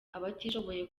abatishoboye